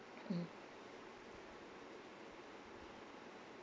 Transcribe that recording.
mmhmm